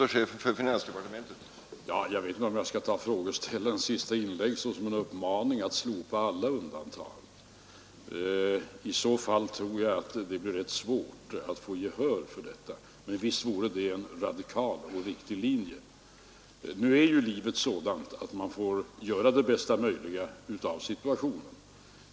Herr talman! Jag vet inte om jag skall ta frågeställarens senaste inlägg såsom en uppmaning att slopa alla undantag. I så fall tror jag att det blir rätt svårt att få gehör för detta. Men visst vore det en radikal och riktig linje. Nu är ju livet så att man får göra det bästa möjliga av situationen.